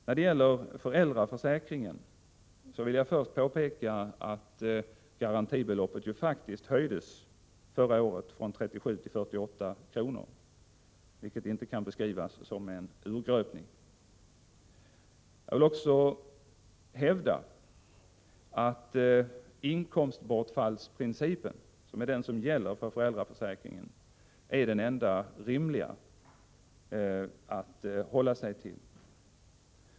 När det gäller föräldraförsäkringen vill jag först påpeka att garantibeloppet faktiskt höjdes förra året från 37 till 48 kr., vilket inte kan beskrivas som en urgröpning. Jag vill också hävda att inkomstbortfallsprincipen, som gäller för föräldraförsäkringen, är den enda rimliga att hålla sig till.